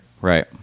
Right